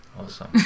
awesome